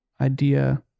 idea